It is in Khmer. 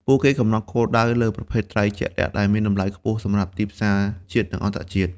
ពួកគេកំណត់គោលដៅលើ ប្រភេទត្រី ជាក់លាក់ដែលមានតម្លៃខ្ពស់សម្រាប់ទីផ្សារជាតិ និងអន្តរជាតិ។